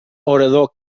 orador